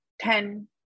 ten